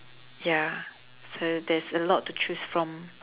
ya so there's a lot to choose from